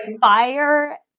fire